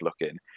looking